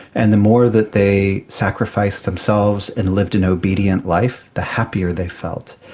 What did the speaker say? and the more that they sacrificed themselves and lived an obedient life, the happier they felt.